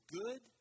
good